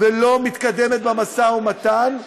ולא מתקדמת במשא ומתן,